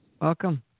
Welcome